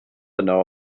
yno